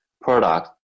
product